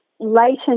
latent